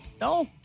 No